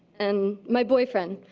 and my boyfriend,